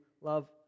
love